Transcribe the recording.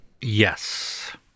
Yes